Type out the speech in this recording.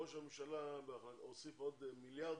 ראש הממשלה הוסיף עוד מיליארדים.